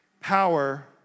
Power